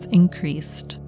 increased